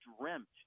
dreamt